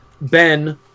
Ben